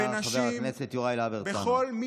חבר הכנסת יוראי להב הרצנו.